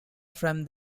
from